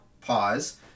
pause